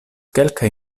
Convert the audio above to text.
kelkaj